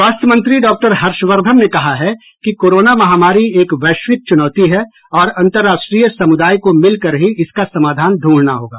स्वास्थ्य मंत्री डॉक्टर हर्षवर्धन ने कहा है कि कोरोना महामारी एक वैश्विक चुनौती है और अंतर्राष्ट्रीय समुदाय को मिलकर ही इसका समाधान ढूंढ़ना होगा